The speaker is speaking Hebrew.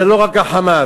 זה לא רק ה"חמאס"